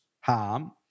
harm